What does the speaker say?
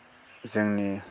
जोंनि